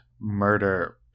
murder